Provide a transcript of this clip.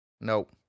Nope